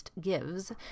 gives